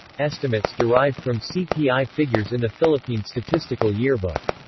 estimates derived from cpi figures in the philippine statistical yearbook